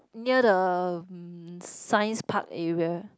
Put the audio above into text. near the science park area